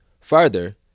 Further